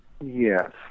Yes